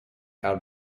out